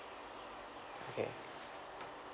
okay